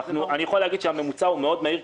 אני יכול להגיד שהממוצע הוא מאוד מהיר,